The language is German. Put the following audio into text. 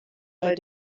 bei